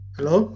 Hello